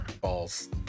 Balls